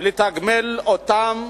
ולתגמל אותם